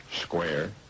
square